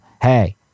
Hey